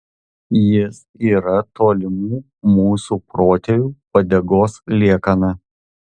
jis yra tolimų mūsų protėvių uodegos liekana